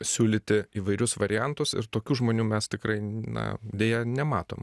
siūlyti įvairius variantus ir tokių žmonių mes tikrai na deja nematom